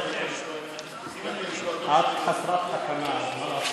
את חסרת תקנה.